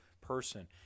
person